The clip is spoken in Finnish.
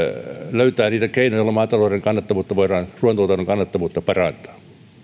löytää niitä keinoja joilla maatalouden kannattavuutta ruuantuotannon kannattavuutta voidaan parantaa